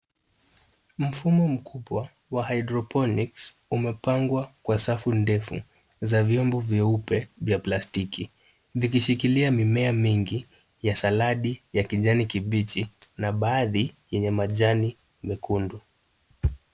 Mfumo mkubwa wa hydroponics umepangwa kwa safu ndefu za vyombo vyeupe vya plastiki, vikishikilia mimea mengi ya saladi, ya kijani kibichi na baadhi yenye majani mekundu.